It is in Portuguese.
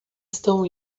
estão